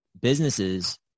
businesses